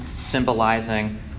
symbolizing